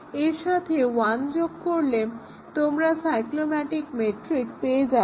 এর সাথে 1 যোগ করলে তোমরা সাইক্লোম্যাটিক মেট্রিক পেয়ে যাবে